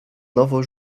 nowo